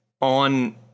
on